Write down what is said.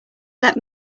let